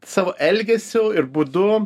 savo elgesiu ir būdu